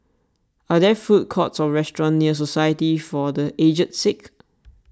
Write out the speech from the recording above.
are there food courts or restaurants near Society for the Aged Sick